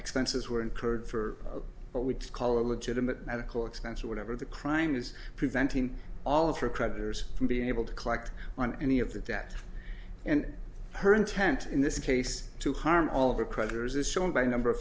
expenses were incurred for what we call a legitimate medical expense or whatever the crime is preventing all of her creditors from being able to collect on any of the debt and her intent in this case to harm all of her creditors is shown by a number of